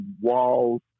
walls